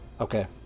okay